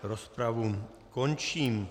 Rozpravu končím.